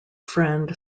friend